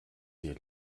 hier